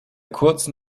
kurzen